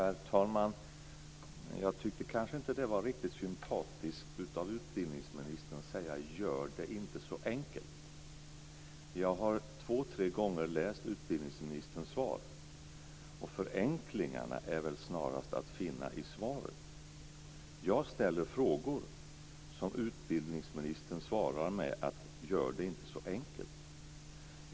Herr talman! Jag tyckte inte att det var riktigt sympatiskt av utbildningsministern att säga att vi inte ska göra det så enkelt. Jag har två tre gånger läst utbildningsministerns svar. Förenklingarna är väl snarast att finna i svaret. Jag ställer frågor, men utbildningsministern svarar med att säga att vi inte ska göra det så enkelt.